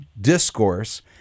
discourse